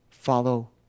Follow